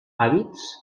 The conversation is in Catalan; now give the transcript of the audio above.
hàbits